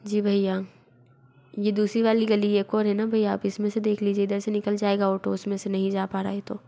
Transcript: जी भैया ये दूसरी वाली गली है एक और है ना भैया आप इस में से देख लीजिए इधर से निकल जाएगा ओटो उस में से नहीं जा पा रहा है तो